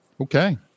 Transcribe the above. Okay